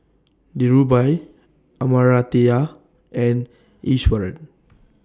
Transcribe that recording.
Dhirubhai Amartya and Iswaran